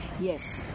Yes